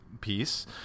piece